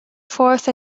forth